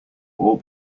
all